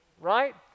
right